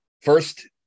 First